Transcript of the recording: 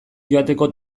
joateko